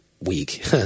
week